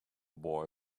boy